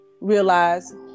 realize